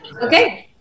Okay